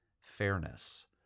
fairness